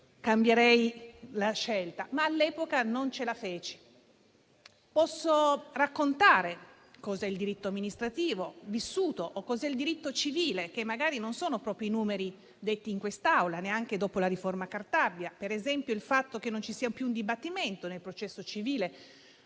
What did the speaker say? cambierei la scelta, ma all'epoca non ce la feci. Posso raccontare cos'è il diritto amministrativo vissuto, o cos'è il diritto civile, e che non si tratta proprio dei numeri detti in quest'Aula, neanche dopo la riforma Cartabia; per esempio che non c'è più un dibattimento nel processo civile,